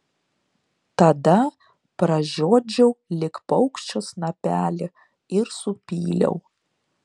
tada pražiodžiau lyg paukščio snapelį ir supyliau